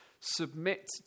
Submit